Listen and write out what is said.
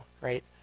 right